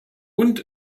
und